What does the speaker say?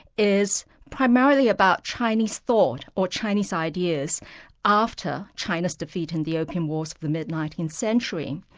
is primarily about chinese thought or chinese ideas after china's defeat in the opium wars of the mid nineteenth century.